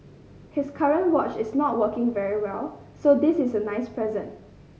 his current watch is not working very well so this is a nice present